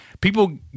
people